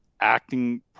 acting